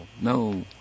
No